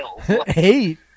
Hey